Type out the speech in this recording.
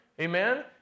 Amen